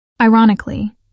Ironically